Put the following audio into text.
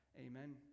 Amen